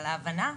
על ההבנה,